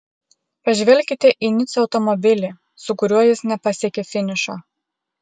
pažvelkite į nico automobilį su kuriuo jis nepasiekė finišo